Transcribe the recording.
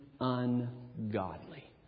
ungodly